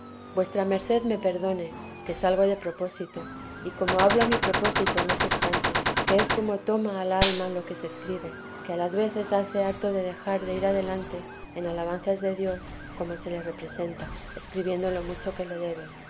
vuesa merced me perdone que salgo de propósito y como hablo a mi propósito no se espante que es como toma a la alma lo que se escribe que a las veces hace harto ae dejar de ir adelante en alabanzas de dios como se le representa escribiendo lo mucho que le debe